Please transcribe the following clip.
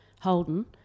Holden